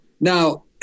Now